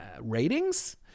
ratings